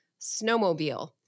snowmobile